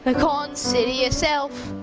like ah consider yourself